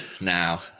now